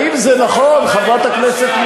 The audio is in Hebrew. זה לא אתם,